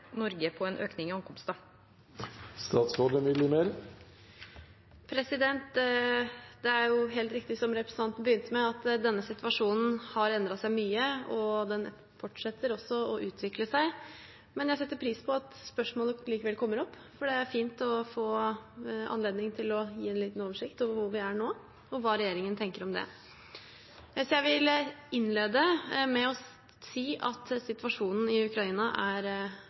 Norge på en økning i ankomster?» Det er som representanten begynte med, helt riktig at denne situasjonen har endret seg mye, og den fortsetter å utvikle seg. Jeg setter pris på at spørsmålet likevel kommer opp, for det er fint å få anledning til å gi en liten oversikt over hvor vi er nå, og hva regjeringen tenker om det. Jeg vil innlede med å si at situasjonen i Ukraina er